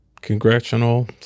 Congressional